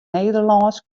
nederlânsk